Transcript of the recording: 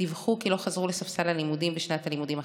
דיווח כי לא חזר לספסל הלימודים בשנת הלימודים החדשה.